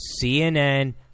CNN